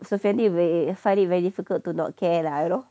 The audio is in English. sofiani will find it very difficult to not care lah you know